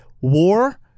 war